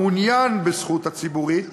המעוניין בזכות הציבורית